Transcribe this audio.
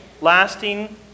lasting